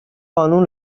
قانون